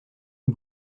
une